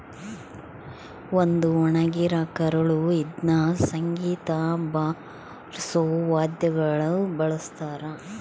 ಒಂದು ಒಣಗಿರ ಕರಳು ಇದ್ನ ಸಂಗೀತ ಬಾರ್ಸೋ ವಾದ್ಯಗುಳ ಬಳಸ್ತಾರ